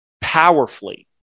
powerfully